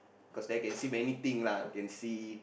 cause there can see many thing lah can see